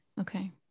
okay